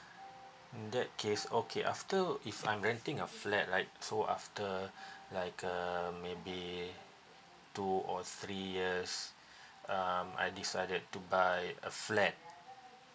in that case okay after if I'm renting a flat right so after like um maybe two or three years um I decided to buy a flat